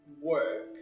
work